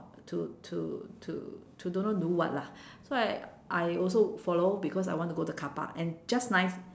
to to to to don't know do what lah so I I also follow because I want to go the carpark and just nice